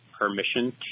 Permission